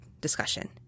discussion